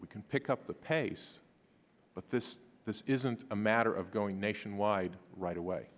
we can pick up the pace but this this isn't a matter of going nationwide right away